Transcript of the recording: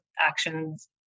actions